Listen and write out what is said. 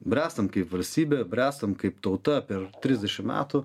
bręstam kaip valstybė bręstam kaip tauta per trisdešim metų